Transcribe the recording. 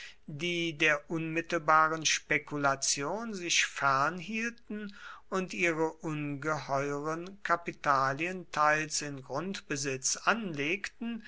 die der unmittelbaren spekulation sich fernhielten und ihre ungeheuren kapitalien teils in grundbesitz anlegten